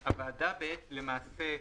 הוועדה, למעשה,